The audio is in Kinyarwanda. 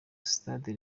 sitade